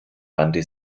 wandte